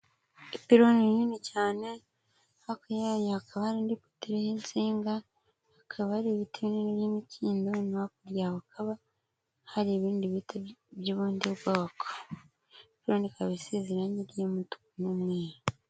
Ipironi nini cyane hafi yayo hakaba hari Indi poto iriho insinga, hakaba hari ibiti binini by'imikindo, hakurya hakaba hari ibindi biti by'ubundi bwoko. Ipironi ikaba isize irangi ry'umutuku n'umweru.